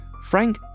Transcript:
Frank